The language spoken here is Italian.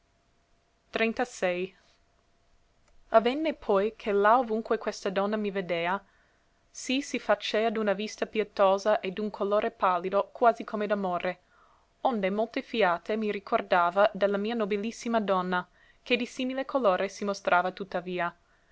i vvenne poi che là ovunque questa donna mi vedea sì si facea d'una vista pietosa e d'un colore palido quasi come d'amore onde molte fiate mi ricordava de la mia nobilissima donna che di simile colore si mostrava tuttavia